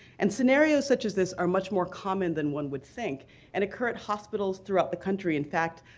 and scenarios such as this are much more common than one would think and occur at hospitals throughout the country. in fact,